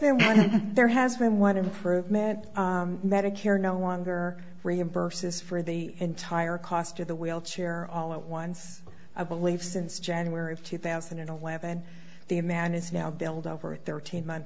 been there has been one improvement medicare no longer reimburse is for the entire cost of the wheelchair all at once i believe since january of two thousand and eleven the a man is now billed over a thirteen month